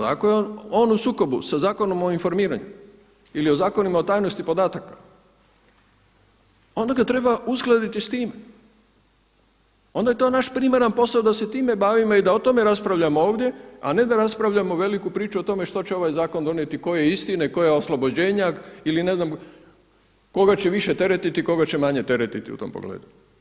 Ako je on u sukobu sa Zakonom o informiranju ili o Zakonima o tajnosti podataka onda ga treba uskladiti s time, onda je to naš primaran posao da se time bavimo i da o tome raspravljamo ovdje a ne da raspravljamo veliku priču o tome što će ovaj zakon donijeti koje istine, koje oslobođenja ili ne znam koga će više teretiti, koga će manje teretiti u tom pogledu.